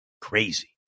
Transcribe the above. Crazy